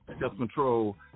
self-control